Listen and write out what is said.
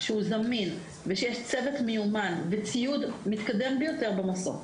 שהוא זמין ושיש צוות מיומן וציוד מתקדם ביותר במסוק,